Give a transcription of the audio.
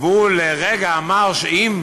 והוא לרגע אמר שאם